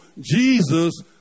Jesus